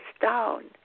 down